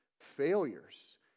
failures